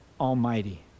Almighty